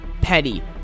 Petty